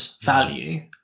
value